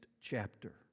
chapter